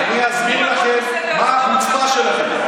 אני אסביר לכם מה החוצפה שלכם.